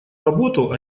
работу